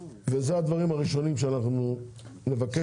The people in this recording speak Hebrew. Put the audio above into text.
ואלה הדברים הראשונים שאנחנו נבקש.